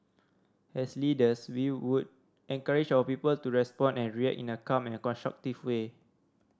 as leaders we would encourage our people to respond and react in a calm and constructive way